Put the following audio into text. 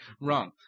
wrong